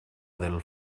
del